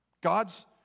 God's